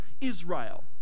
Israel